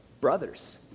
Brothers